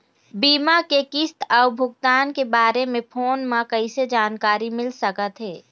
बीमा के किस्त अऊ भुगतान के बारे मे फोन म कइसे जानकारी मिल सकत हे?